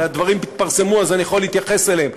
והדברים התפרסמו אז אני יכול להתייחס אליהם,